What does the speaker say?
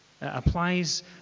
applies